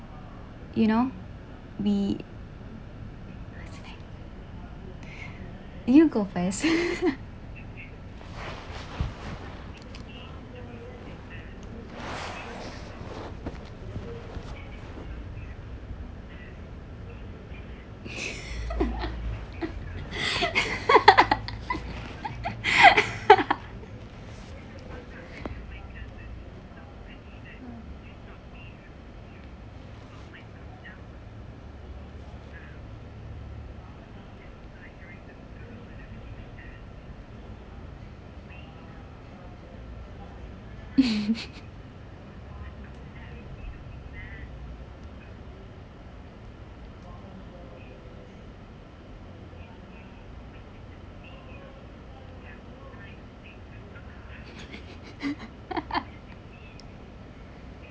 you know we you go first